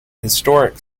historic